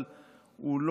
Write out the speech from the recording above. אבל הוא,